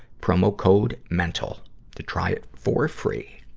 promo code mental to try it for free.